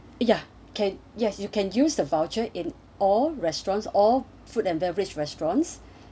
ya can yes you can use the voucher in all restaurants all food and beverage restaurants